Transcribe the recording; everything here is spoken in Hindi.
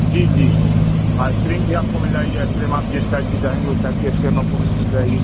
जी जी आइस क्रीम भी आपको मिल जाएगी अइस क्रीम आप जिस टाइप की चाहेंगी उस टाइप की अइस क्रीम आपको मिल जाएगी